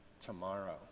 tomorrow